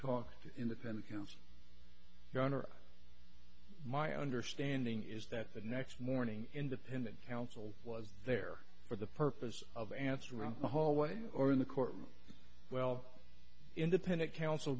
talk to independent counsel your honor my understanding is that the next morning independent counsel was there for the purpose of answering a hallway or in the courtroom well independent coun